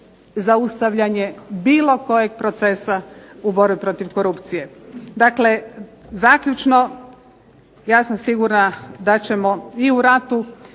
zaustavljanje bilo kojeg procesa u borbi protiv korupcije. Dakle, zaključno. Ja sam sigurna da ćemo i u ratu